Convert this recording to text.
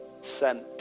sent